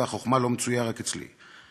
והחוכמה לא מצויה רק אצלי,